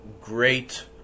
great